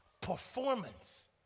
performance